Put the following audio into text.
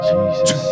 Jesus